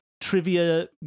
trivia